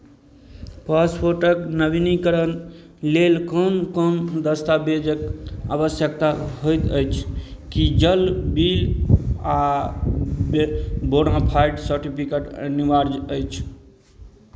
पासपोर्टक नवीनीकरण लेल कोन कोन दस्तावेजक आवश्यकता होइत अछि की जल बिल आ ब् बोनाफाइड सर्टिफिकेट अनिवार्य अछि